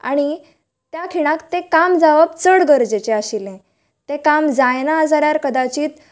आनी त्या खिणाक तें काम जावप चड गरजेचे आशिल्ले तें काम जायना जाल्यार कदाचीत